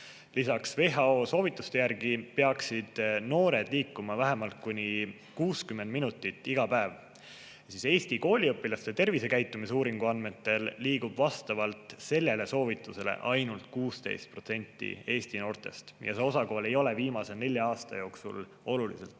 Lisaks, WHO soovituste järgi peaksid noored liikuma iga päev vähemalt 60 minutit. Eesti kooliõpilaste tervisekäitumise uuringu andmetel liigub vastavalt sellele soovitusele ainult 16% Eesti noortest ja see osakaal ei ole viimase nelja aasta jooksul oluliselt